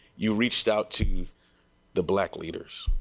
you reached out to the black leaders.